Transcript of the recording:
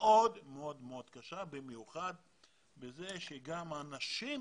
מאוד מאוד קשה, במיוחד בכך שגם אנשים